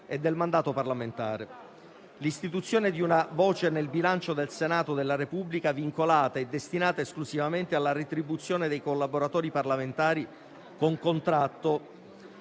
e del mandato parlamentare; l'istituzione di una voce nel bilancio del Senato della Repubblica vincolata e destinata esclusivamente alla retribuzione dei collaboratori parlamentari con contratto;